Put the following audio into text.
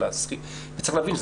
צריך להבין,